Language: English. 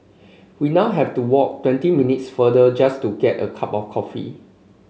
we now have to walk twenty minutes farther just to get a cup of coffee